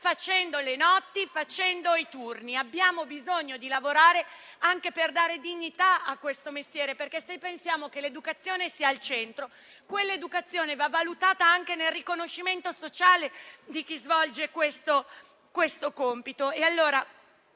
facendo le notti e i turni. Abbiamo bisogno di lavorare anche per dare dignità a questo mestiere, perché, se pensiamo che l'educazione sia al centro, allora va valutata anche nel riconoscimento sociale di chi svolge quel compito.